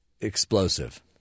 explosive